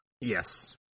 yes